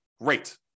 great